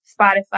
Spotify